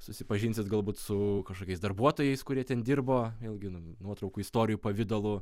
susipažinsit galbūt su kažkokiais darbuotojais kurie ten dirbo vėlgi nu nuotraukų istorijų pavidalu